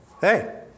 hey